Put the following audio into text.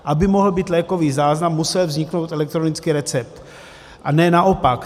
Aby mohl být lékový záznam, musel vzniknout elektronický recept, a ne naopak.